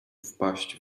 wpaść